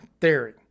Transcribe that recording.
Theory